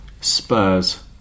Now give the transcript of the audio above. Spurs